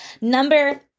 Number